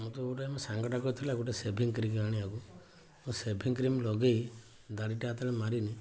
ମୋତେ ଗୋଟେ ଆମ ସାଙ୍ଗଟା କହିଥିଲା ଗୋଟେ ସେଭିଂ କ୍ରିମ ଆଣିବାକୁ ମୁଁ ସେଭିଂ କ୍ରିମ ଲଗାଇ ଦାଢ଼ିଟା ଯେତେବେଳେ ମାରିଲି